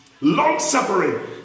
Long-suffering